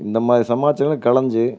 இந்த மாதிரி சமாச்சாரங்கள் களைஞ்சு